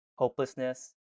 hopelessness